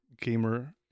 gamer